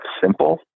simple